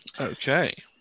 Okay